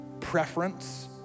Preference